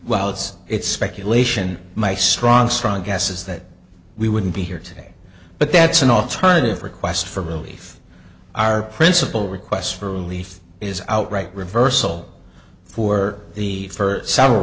well it's it's speculation my strong strong guess is that we wouldn't be here today but that's an alternative request for relief our principal requests for relief is outright reversal for the first several